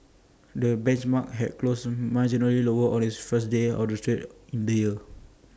the benchmark had closed marginally lower on its first day of trade in the year